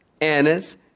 Annas